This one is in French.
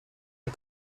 est